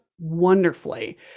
wonderfully